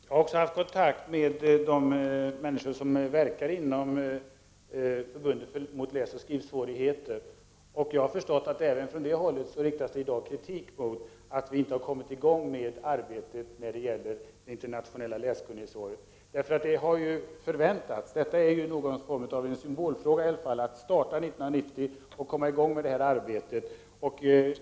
Herr talman! Jag har också haft kontakt med de människor som verkar inom förbundet mot läsoch skrivsvårigheter, och jag har förstått att det även från det hållet riktas kritik mot att arbetet med det internationella läskunnighetsåret inte har kommit i gång. Det är en symbolfråga att starta detta arbete 1990.